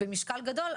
במשקל גדול,